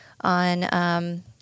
on